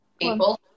people